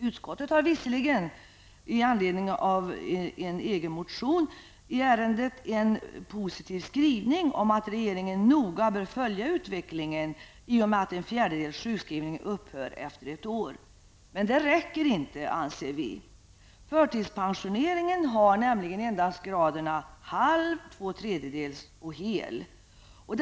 Utskottet har visserligen en positiv skrivning om att regeringen noga bör följa utvecklingen i och med att en fjärdedels sjukskrivning upphör efter ett år, men det räcker inte. Förtidspensioneringen har endast graderna halv, två tredjedels och hel förtidspension.